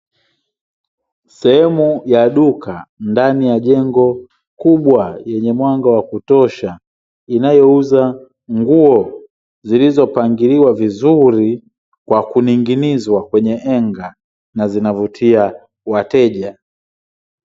Sehemu ya duka ndani ya jengo kubwa yenye mwanga wa kutosha, inayouza nguo zilizopangiliwa vizuri kwa kuning'inizwa kwenye henga zinazovutia wateja.